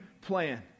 plan